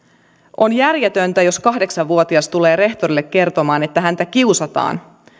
on järjetöntä että jos kahdeksan vuotias tulee rehtorille kertomaan että häntä kiusataan